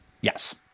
Yes